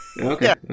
Okay